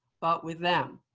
but with them.